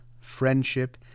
friendship